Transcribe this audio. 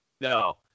No